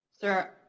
Sir